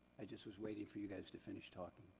i just was waiting for you guys to finish talking.